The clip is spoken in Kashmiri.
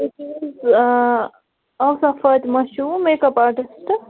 تُہۍ چھُو حظ آفا فاطمہ چھُوٕ میک اَپ آرٹِسٹ